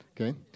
okay